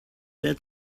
their